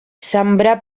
sembrar